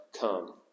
come